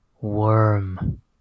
Worm